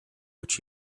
which